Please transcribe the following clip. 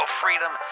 freedom